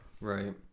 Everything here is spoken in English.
Right